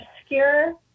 obscure